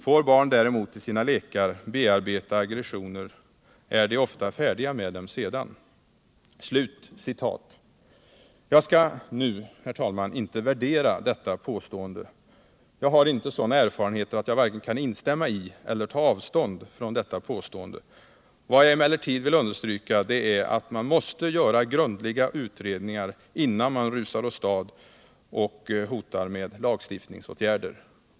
—-—-- Får barn däremot i sina lekar bearbeta aggressioner är de oftast färdiga med dem sedan.” Jag skall inte, herr talman, värdera detta påstående. Jag har inte sådana erfarenheter att jag vare sig kan instämma i eller ta avstånd från det. Vad jag skulle vilja understryka är att man måste göra grundliga utredningar innan man rusar åstad och hotar med lagstiftningsåtgärder.